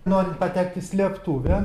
norint patekt į slėptuvę